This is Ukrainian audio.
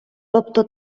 тобто